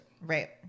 Right